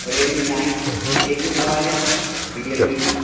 Redmi nine ایک اے وی موبائل ہے ریئل می